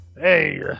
hey